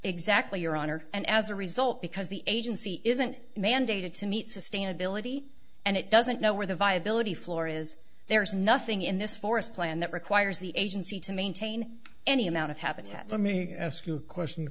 exactly your honor and as a result because the agency isn't mandated to meet sustainability and it doesn't know where the viability floor is there's nothing in this forest plan that requires the agency to maintain any amount of habitat let me ask you a question to